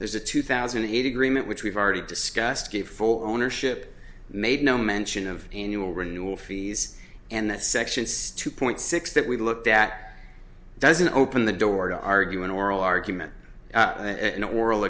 there's a two thousand and eight agreement which we've already discussed the full ownership made no mention of annual renewal fees and that section six two point six that we looked at doesn't open the door to argue an oral argument an oral